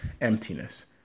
emptiness